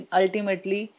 ultimately